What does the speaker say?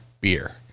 Beer